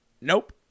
Nope